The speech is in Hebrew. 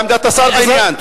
מה עמדת השר בעניין?